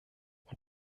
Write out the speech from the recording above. und